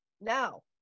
now